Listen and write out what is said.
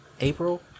April